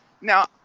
now